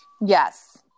Yes